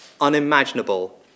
unimaginable